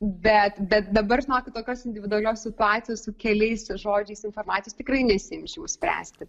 bet bet dabar žinokit tokios individualios situacijos su keliais žodžiais informacijos tikrai nesiimčiau spręsti